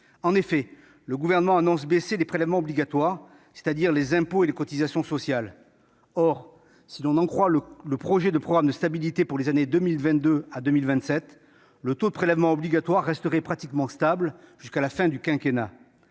français. Le Gouvernement annonce baisser les prélèvements obligatoires, c'est-à-dire les impôts et les cotisations sociales. Or, si l'on en croit le projet de programme de stabilité pour les années 2022 à 2027, le taux de prélèvements obligatoires resterait pratiquement stable jusqu'à la fin du quinquennat.